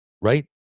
right